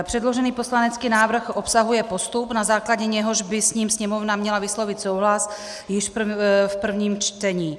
Předložený poslanecký návrh obsahuje postup, na jehož základě by s ním Sněmovna měla vyslovit souhlas již v prvním čtení.